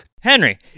Henry